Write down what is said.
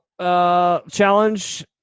challenge